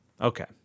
Okay